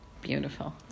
Beautiful